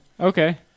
Okay